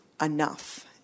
enough